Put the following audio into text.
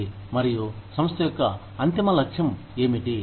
మరియు సంస్థ యొక్క అంతిమ లక్ష్యం ఏమిటి